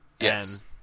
Yes